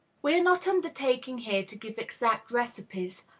we are not undertaking here to give exact recipes,